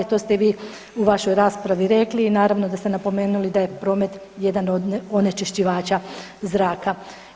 To ste vi u vašoj raspravi rekli i naravno da ste napomenuli da je promet jedan od onečišćivača zraka.